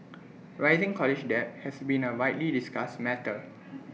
rising college debt has been A widely discussed matter